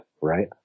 right